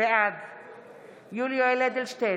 בעד יולי יואל אדלשטיין,